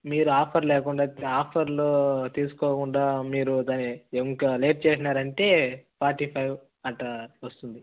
మీరు ఆఫర్ లేకుండా ఆఫర్లో తీసుకోకుండా మీరు దాన్ని ఇంకా లేట్ చేసినారు అంటే ఫార్టీ ఫైవ్ అలా వస్తుంది